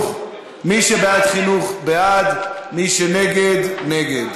מי שבעד חינוך, בעד, מי שנגד, נגד.